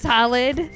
Solid